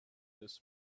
this